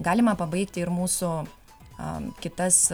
galima pabaigti ir mūsų am kitas